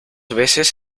veces